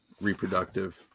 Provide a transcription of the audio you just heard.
reproductive